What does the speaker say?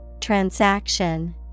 Transaction